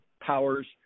powers